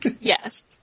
Yes